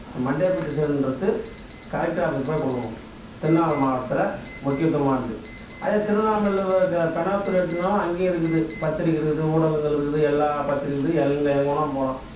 Monday பெட்டிஷன்றது collector ஆஃபீஸில் போய் கொடுக்குணும் திருவண்ணாமலை மாவட்டத்தில் முக்கியத்துவமானது அதே திருவண்ணாமலையில் எடுத்துக்குனாலும் அங்கேயும் இருக்குது பத்திரிக்கை இருக்குது ஊடகங்கள் இருக்குது எல்லா பத்திரிகை இருக்குது எங்கள் வேணுணா போகலாம்